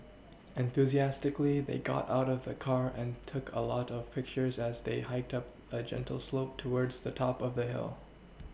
enthusiastically they got out of the car and took a lot of pictures as they hiked up a gentle slope towards the top of the hill